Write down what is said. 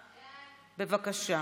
בבקשה.